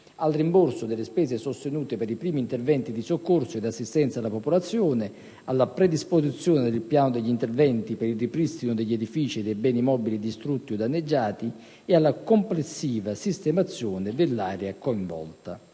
al rimborso delle spese sostenute per i primi interventi di soccorso e di assistenza alla popolazione, alla predisposizione del Piano degli interventi per il ripristino degli edifici e dei beni immobili distrutti o danneggiati ed alla complessiva sistemazione dell'area coinvolta.